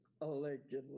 Allegedly